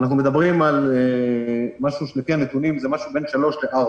אנחנו מדברים לפי הנתונים שזה משהו בין 3.85